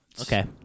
Okay